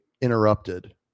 interrupted